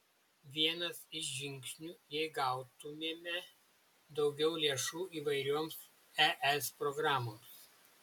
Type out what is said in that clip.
vienas iš žingsnių jei gautumėme daugiau lėšų įvairioms es programoms